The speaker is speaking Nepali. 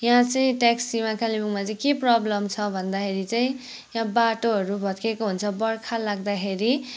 यहाँ चाहिँ ट्याक्सीमा कालिम्पोङमा चाहिँ के प्रबलम छ भन्दाखेरि चाहिँ यहाँ बाटोहरू भत्किएको हुन्छ बर्खा लाग्दाखेरि